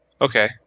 Okay